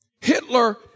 Hitler